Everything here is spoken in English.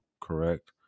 correct